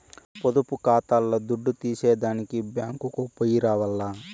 పొదుపు కాతాల్ల దుడ్డు తీసేదానికి బ్యేంకుకో పొయ్యి రావాల్ల